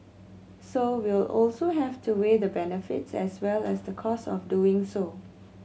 so we'll also have to weigh the benefits as well as the cost of doing so